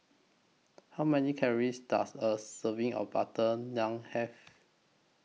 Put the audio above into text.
How Many Calories Does A Serving of Butter Naan Have